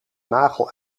nagel